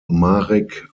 marek